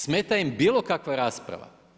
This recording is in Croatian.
Smeta im bilo kakva rasprava.